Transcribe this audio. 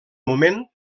moment